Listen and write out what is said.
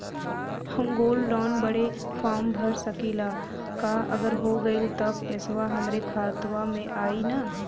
हम gold loan बड़े form भर सकी ला का अगर हो गैल त पेसवा हमरे खतवा में आई ना?